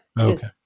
Okay